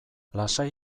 lasai